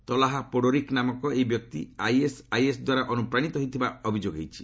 ତଲହା ପୋଡରିକ୍ ନାମକ ଏହି ବ୍ୟକ୍ତି ଆଇଏସ୍ଆଇଏସ୍ ଦ୍ୱାରା ଅନୁପ୍ରାଣିତ ହୋଇଥିବାର ଅଭିଯୋଗ ହୋଇଛି